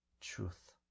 truth